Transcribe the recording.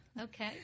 Okay